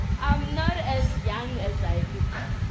not as young as i look